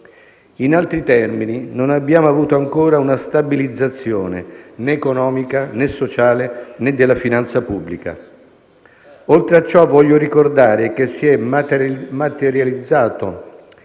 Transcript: In altri termini, non abbiamo ancora avuto una stabilizzazione né economica, né sociale, né della finanza pubblica. Oltre a ciò, voglio ricordare che si è materializzato,